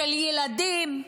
של ילדים,